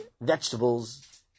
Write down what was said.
vegetables